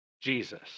Jesus